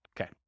Okay